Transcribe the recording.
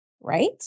Right